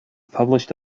published